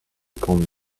calmed